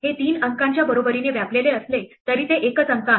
हे तीन अंकांच्या बरोबरीने व्यापलेले असले तरी ते एकच अंक आहे